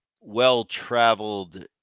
well-traveled